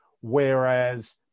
whereas